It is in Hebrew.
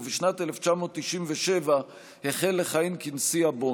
ובשנת 1997 החל לכהן כנשיא הבונדס,